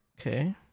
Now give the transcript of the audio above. Okay